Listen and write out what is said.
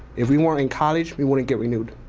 if we weren't in college, we wouldn't get renewed.